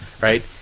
right